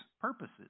purposes